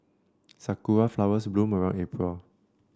sakura flowers bloom around April